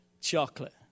chocolate